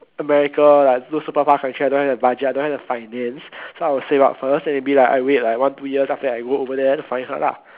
America like those super far country I don't have the budget I don't have the finance so I will save up first then maybe like I wait like one two years then after that I go there to find her lah